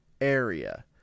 area